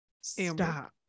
stop